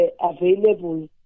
available